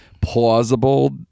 plausible